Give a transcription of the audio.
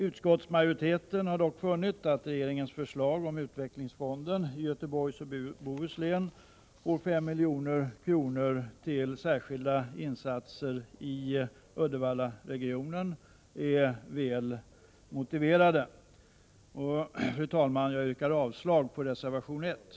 Utskottsmajoriteten har dock funnit att regeringens förslag att utvecklingsfonden i Göteborgs och Bohuslän får 5 milj.kr. till särskilda insatser i Uddevallaregionen är väl motiverat. Fru talman! Jag yrkar avslag på reservation 1.